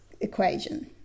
equation